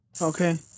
Okay